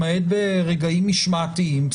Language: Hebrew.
למעט ברגעים משמעתיים,